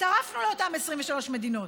הצטרפנו לאותן 23 מדינות.